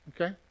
okay